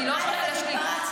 אני לא יכולה להשלים.